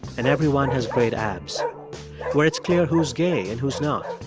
and everyone has great abs where it's clear who's gay and who's not,